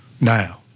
now